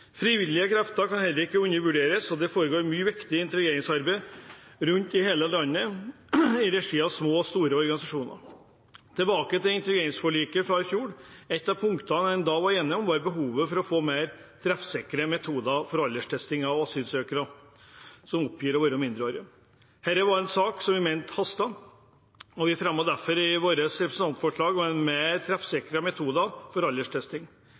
Frivillige krefter kan heller ikke undervurderes, og det foregår mye viktig integreringsarbeid rundt om i hele landet i regi av små og store organisasjoner. Tilbake til integreringsforliket fra i fjor: Et av punktene vi da var enige om, var behovet for å få mer treffsikre metoder for alderstesting av asylsøkere som oppgir å være mindreårige. Dette var en sak som vi mente hastet, og vi fremmet derfor i vår et representantforslag om mer treffsikre metoder for alderstesting.